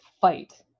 fight